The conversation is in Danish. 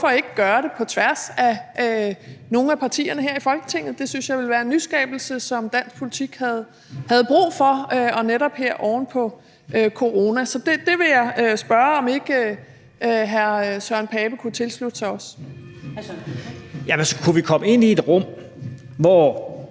Hvorfor ikke gøre det på tværs af nogle af partierne her i Folketinget? Det synes jeg ville være en nyskabelse, som dansk politik havde brug for, også netop her oven på corona. Så det vil jeg spørge om ikke hr. Søren Pape Poulsen kunne tilslutte sig også. Kl. 15:25 Første næstformand